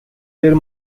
their